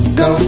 go